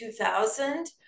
2000